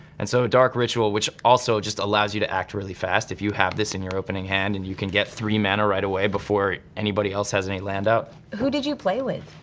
and so dark ritual which also just allows you to act really fast if you have this in your opening hand and you can get three mana right away before anybody else has any land out. who did you play with?